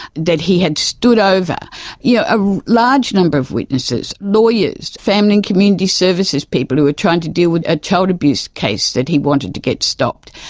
that he had stood over yeah a large number of witnesses, lawyers, family and community services people who were trying to deal with a child abuse case that he wanted to get stopped,